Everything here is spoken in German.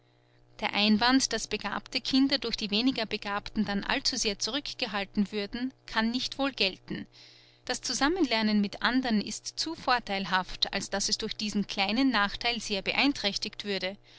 der einwand daß begabte kinder durch die weniger begabten dann allzu sehr zurückgehalten würden kann nicht wohl gelten das zusammenlernen mit andern ist zu vortheilhaft als daß es durch diesen kleinen nachtheil sehr beeinträchtigt würde